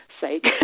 sake